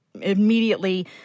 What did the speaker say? immediately